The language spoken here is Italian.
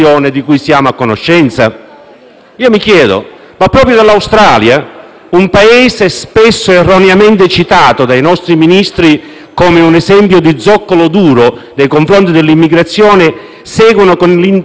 Mi chiedo: ma proprio dall'Australia, un Paese spesso erroneamente citato dai nostri Ministri come un esempio di zoccolo duro nei confronti dell'immigrazione, seguono con interesse l'esperienza di Riace?